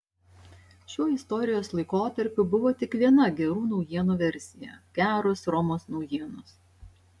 šiuo istorijos laikotarpiu buvo tik viena gerų naujienų versija geros romos naujienos